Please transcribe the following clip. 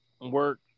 work